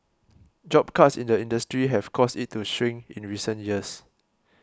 job cuts in the industry have caused it to shrink in recent years